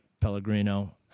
Pellegrino